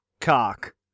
cock